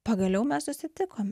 pagaliau mes susitikome